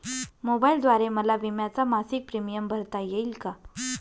मोबाईलद्वारे मला विम्याचा मासिक प्रीमियम भरता येईल का?